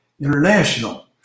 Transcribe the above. International